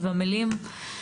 ובמילים,